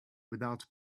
without